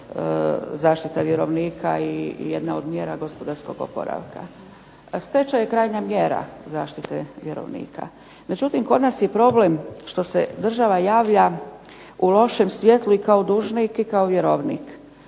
zaštita vjerovnika i jedna od mjera gospodarskog oporavka. Stečaj je krajnja mjera zaštite vjerovnika. Međutim, kod nas je problem što se država javlja u lošem svjetlu i kao dužnik i kao vjerovnik.